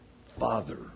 father